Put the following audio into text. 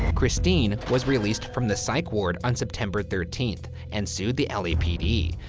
um christine was released from the psych ward on september thirteenth and sued the lapd.